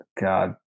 God